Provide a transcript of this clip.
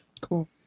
Cool